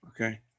okay